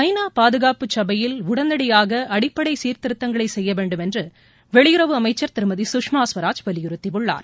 ஐ நா பாதுகாப்பு சபையில் உடனடியாகஅடிப்படைசீர்திருத்தங்களைசெய்யவேண்டும் என்றுவெளியுறவு அமைச்சா் திருமதி சுஷ்மா ஸ்வராஜ் வலியுறுத்தியுள்ளார்